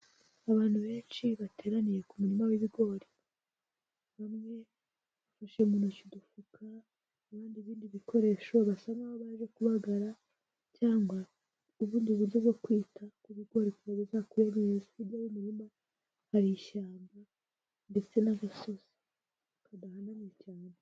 Abantu benshi bateraniye ku murima w'ibigori, bamwe bafashe mu ntoki udufuka abandi ibindi bikoresho basa nkaho baje kubagara cyangwa ubundi buryo bwo kwita ku bigori kugira ngo bizakure neza, hirya y'umurima hari ishyamba ndetse n'agasozi kadahanamye cyane.